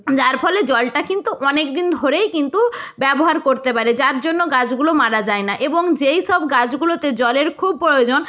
যার ফলে জলটা কিন্তু অনেক দিন ধরেই কিন্তু ব্যবহার করতে পারে যার জন্য গাছগুলো মারা যায় না এবং যেই সব গাছগুলোতে জলের খুব প্রয়োজন